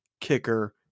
kicker